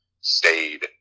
stayed